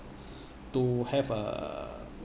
to have uh